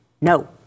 No